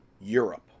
europe